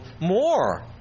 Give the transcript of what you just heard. more